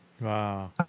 Wow